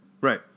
right